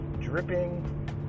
dripping